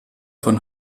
von